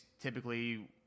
typically